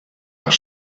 nach